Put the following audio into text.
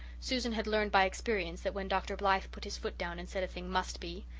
susan had learned by experience that when dr. blythe put his foot down and said a thing must be,